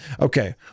Okay